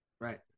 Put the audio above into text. right